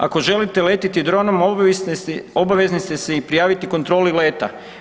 Ako želite letjeti dronom, obavezni ste se i prijaviti kontroli leta.